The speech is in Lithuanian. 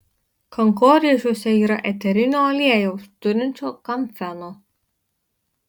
kankorėžiuose yra eterinio aliejaus turinčio kamfeno